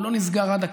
הוא לא נסגר עד הקצה,